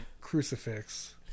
crucifix